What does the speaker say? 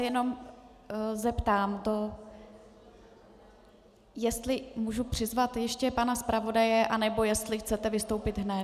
Jenom se zeptám, jestli můžu přizvat ještě pana zpravodaje, anebo jestli chcete vystoupit hned.